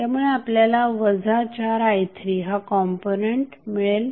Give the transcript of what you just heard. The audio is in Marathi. त्यामुळे आपल्याला 4i3 हा कॉम्पोनंट मिळेल